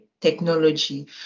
technology